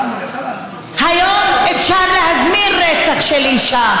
היום אפשר להזמין רצח של אישה,